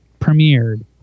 premiered